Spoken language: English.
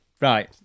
Right